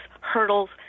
hurdles